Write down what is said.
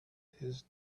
his